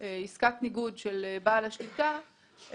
בעסקת ניגוד של בעל השליטה,